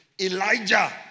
Elijah